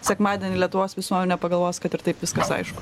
sekmadienį lietuvos visuomenė pagalvos kad ir taip viskas aišku